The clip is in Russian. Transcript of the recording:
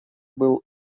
был